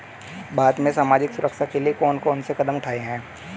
भारत में सामाजिक सुरक्षा के लिए कौन कौन से कदम उठाये हैं?